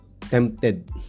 tempted